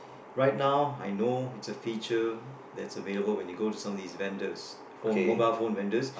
right now I know it's a feature that is available when you go to some of these vendors phone mobile phone vendors